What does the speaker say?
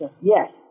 Yes